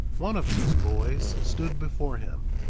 one of these boys stood before him.